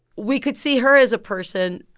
we could see her as a person.